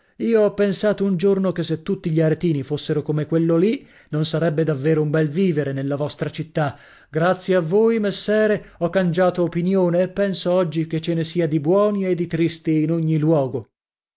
io ho pensato un giorno che se tutti gli aretini fossero come quello lì non sarebbe davvero un bel vivere nella vostra città grazie a voi messere ho cangiato opinione e penso oggi che ce ne sia di buoni e di tristi in ogni luogo